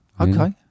Okay